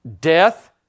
Death